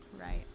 right